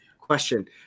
question